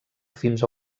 fins